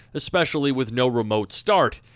especially with no remote start.